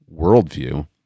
worldview